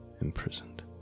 imprisoned